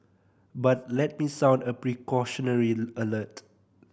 but let me sound a precautionary alert